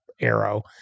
arrow